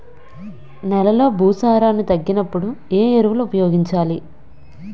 నెలలో భూసారాన్ని తగ్గినప్పుడు, ఏ ఎరువులు ఉపయోగించాలి?